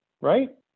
right